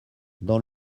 dans